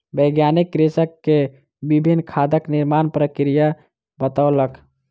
वैज्ञानिक कृषक के विभिन्न खादक निर्माण प्रक्रिया बतौलक